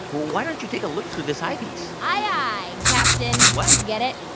why don't you take a look through this eyepiece? aye, aye, captain what? you get it?